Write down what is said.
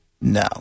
no